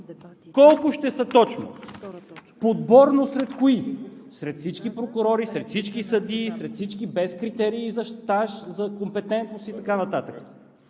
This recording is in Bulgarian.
Колко ще са точно, подборно сред кои – сред всички прокурори, сред всички съдии, без критерии за стаж, за компетентност и така нататък?